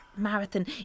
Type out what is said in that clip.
Marathon